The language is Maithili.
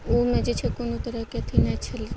ओइमे जे छै कोनो तरहके अथी नहि छलै